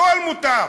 הכול מותר.